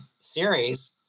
series